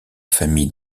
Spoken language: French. famille